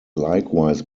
likewise